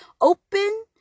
open